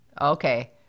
Okay